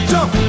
Jump